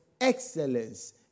excellence